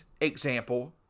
example